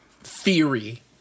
theory